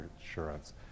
insurance